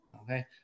okay